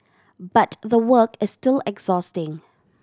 but the work is still exhausting